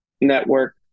network